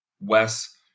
Wes